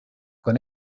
con